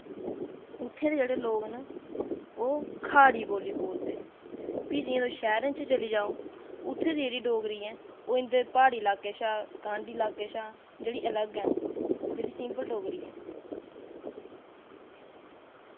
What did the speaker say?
उत्थै दे लोग जेह्ड़े न ओह् खड़ी बोली बोलदे फ्ही जि'यां तुस शैह्रें च चली जाओ उत्तथै दी जेह्ड़ी डोगरी ऐ इं'दे प्हाड़ी लाके शा कंढी लाके दा अलग ऐ जेह्ड़ी सिंपल डोगरी ऐ